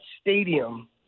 stadium